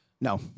No